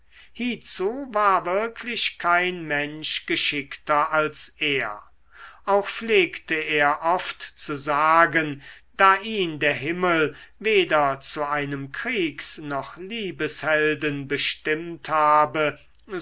war wirklich kein mensch geschickter als er auch pflegte er oft zu sagen da ihn der himmel weder zu einem kriegs noch liebeshelden bestimmt habe